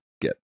get